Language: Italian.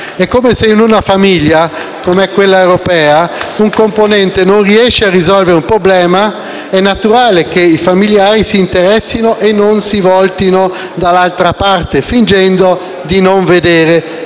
Se in una famiglia, come è quella europea, un componente non riesce a risolvere un problema, è naturale che i familiari si interessino e non si voltino dall'altra parte, fingendo di non vedere,